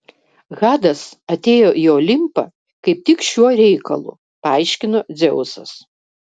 hadas atėjo į olimpą kaip tik šiuo reikalu paaiškino dzeusas